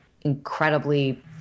incredibly